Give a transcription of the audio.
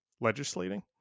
legislating